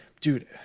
dude